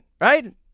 right